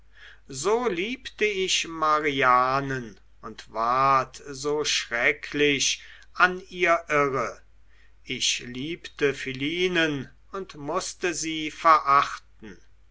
so liebte ich marianen und ward so schrecklich an ihr irre ich liebte philinen und mußte sie verachten